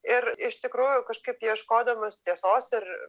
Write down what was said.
ir iš tikrųjų kažkaip ieškodamas tiesos ir